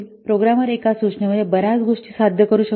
programmer एका सूचनेमध्ये बर्याच गोष्टी साध्य करू शकतो